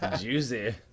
Juicy